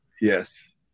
yes